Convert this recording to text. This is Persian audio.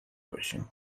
باشیم